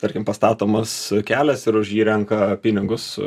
tarkim pastatomas kelias ir už jį renka pinigus